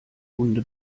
runde